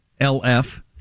LF